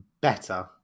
better